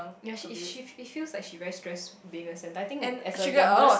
yea if she it feel like she very stress bigger center I think as a youngest